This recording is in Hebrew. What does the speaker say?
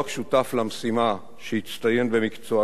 שהצטיין במקצוענות מודיעינית יוצאת דופן,